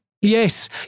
Yes